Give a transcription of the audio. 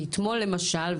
כי אתמול למשל,